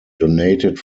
donated